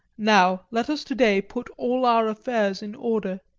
now let us to-day put all our affairs in order.